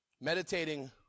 Meditating